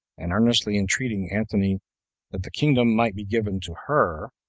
and earnestly entreating antony that the kingdom might be given to her,